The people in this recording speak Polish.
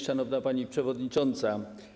Szanowna Pani Przewodnicząca!